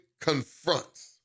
confronts